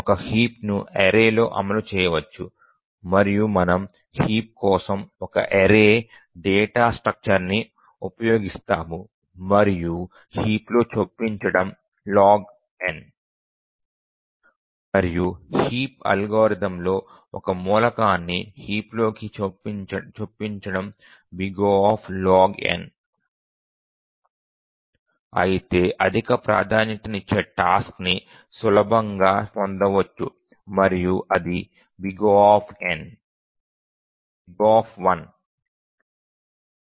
ఒక హీప్ను అర్రేలో అమలు చేయవచ్చు మరియు మనము హీప్ కోసం ఒక అర్రే డేటా స్ట్రక్చర్ ని ఉపయోగిస్తాము మరియు హీప్లో చొప్పించడం log మరియు హీప్ అల్గోరిథంలో ఒక మూలకాన్ని హీప్లోకి చొప్పించడం O అయితే అత్యధిక ప్రాధాన్యతనిచ్చే టాస్క్ ని సులభంగా పొందవచ్చు మరియు అది O